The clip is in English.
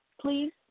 please